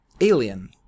Alien